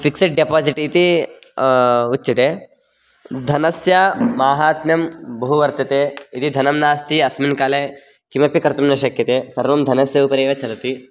fixed deposit इति उच्यते धनस्य माहात्म्यं बहु वर्तते यदि धनं नास्ति अस्मिन् काले किमपि कर्तुं न शक्यते सर्वं धनस्य उपरि एव चलति